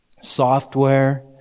software